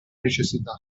necessità